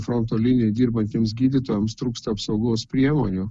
fronto linijoj dirbantiems gydytojams trūksta apsaugos priemonių